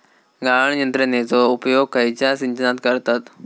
गाळण यंत्रनेचो उपयोग खयच्या सिंचनात करतत?